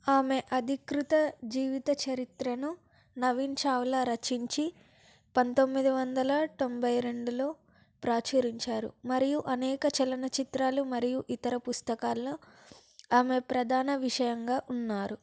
ఆమె అధీకృత జీవితచరిత్రను నవీన్ చావ్లా రచించి పంతొమ్మిది వందల తొంభై రెండులో ప్రాచురించారు మరియు అనేక చలనచిత్రాలు మరియు ఇతర పుస్తకాల్లో ఆమె ప్రధాన విషయంగా ఉన్నారు